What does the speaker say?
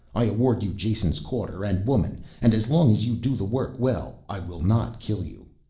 i award you jason's quarter and woman, and as long as you do the work well i will not kill you.